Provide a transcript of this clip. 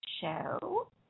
show